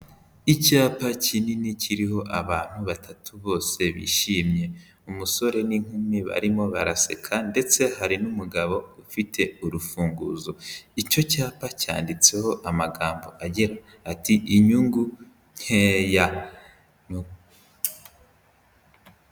Icyapa kinini kiriho abantu batatu bose bishimye, umusore n'inkumi barimo baraseka ndetse hari n'umugabo ufite urufunguzo, icyo cyapa cyanditseho amagambo agira ati'' inyungu nkeya.''